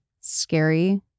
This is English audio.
scary